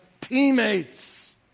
Teammates